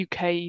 UK